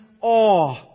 awe